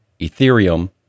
Ethereum